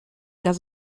das